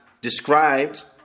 described